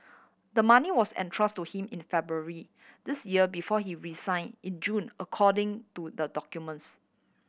the money was entrust to him in February this year before he resign in June according to the documents